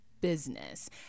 Business